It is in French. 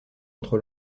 contre